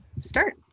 start